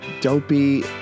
dopey